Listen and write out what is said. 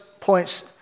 points